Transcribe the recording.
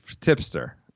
tipster